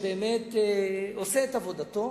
שעושה את עבודתו,